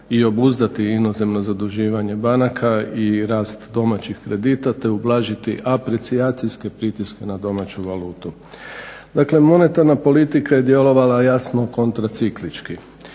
i obuzdati inozemno zaduživanje banaka i rast domaćih kredita, te ublažiti aprecijacijske pritiske na domaću valutu. Dakle, monetarna politika je djelovala jasno kontraciklički.